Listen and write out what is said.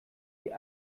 die